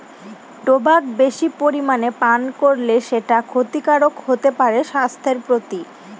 tobacco বেশি পরিমানে পান করলে সেটা ক্ষতিকারক হতে পারে স্বাস্থ্যের প্রতি